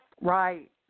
Right